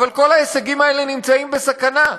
אבל כל ההישגים האלה נמצאים בסכנה,